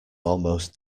almost